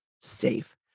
safe